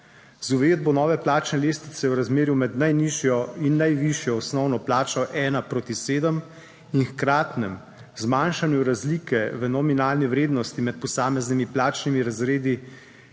Z uvedbo nove plačne lestvice v razmerju med najnižjo in najvišjo osnovno plačo ena proti sedem in hkratnem zmanjšanju razlike v nominalni vrednosti med posameznimi plačnimi razredi